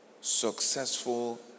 successful